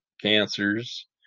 cancers